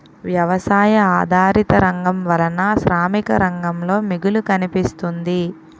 వ్యవసాయ ఆధారిత రంగం వలన శ్రామిక రంగంలో మిగులు కనిపిస్తుంది